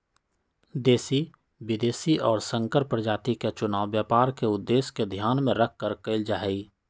देशी, विदेशी और संकर प्रजाति के चुनाव व्यापार के उद्देश्य के ध्यान में रखकर कइल जाहई